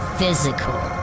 physical